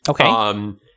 Okay